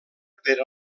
per